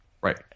Right